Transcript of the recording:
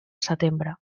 setembre